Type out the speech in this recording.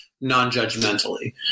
non-judgmentally